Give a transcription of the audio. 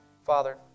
Father